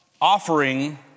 offering